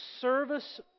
service